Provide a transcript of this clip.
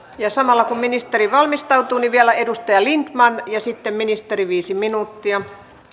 samalla kun ministeri valmistautuu niin vielä edustaja lindtman ja sitten ministeri viisi minuuttia